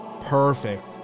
Perfect